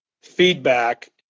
feedback